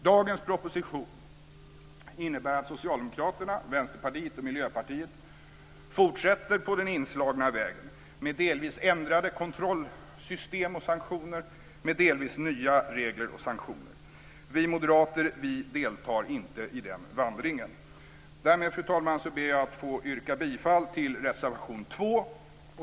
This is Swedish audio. Dagens proposition innebär att Socialdemokraterna, Vänsterpartiet och Miljöpartiet fortsätter på den inslagna vägen med delvis ändrade kontrollsystem och sanktioner och med delvis nya regler och sanktioner. Vi moderater deltar inte i den vandringen. Därmed, fru talman, ber jag att få yrka bifall till reservation 2.